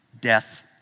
death